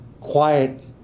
quiet